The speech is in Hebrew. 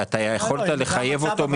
יכולת לחייב אותו,